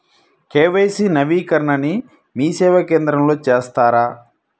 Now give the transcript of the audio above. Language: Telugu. కే.వై.సి నవీకరణని మీసేవా కేంద్రం లో చేస్తారా?